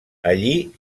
allí